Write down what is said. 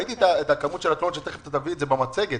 ראיתי את כמות התלונות שאתה תיכף תביא במצגת,